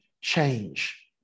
change